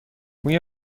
موی